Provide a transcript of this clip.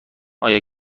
آیا